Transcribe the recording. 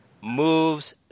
moves